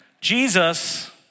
Jesus